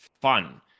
fun